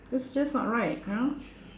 it's just not right you know